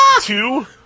two